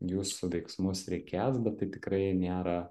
jūsų veiksmus reikės bet tai tikrai nėra